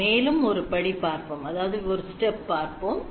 நாம் மேலும் ஓர் படி பார்ப்போம்